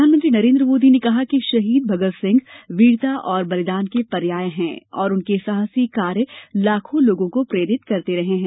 प्रधानमंत्री नरेंद्र मोदी ने कहा कि शहीद भगत सिंह वीरता और बलिदान के पर्याय हैं और उनके साहसी कार्य लाखों लोगों को प्रेरित करते रहे हैं